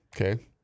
Okay